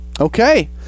Okay